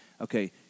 okay